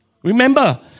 Remember